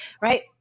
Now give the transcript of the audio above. right